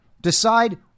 Decide